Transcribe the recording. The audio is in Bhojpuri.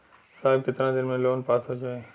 साहब कितना दिन में लोन पास हो जाई?